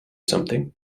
something